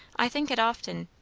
i think it often.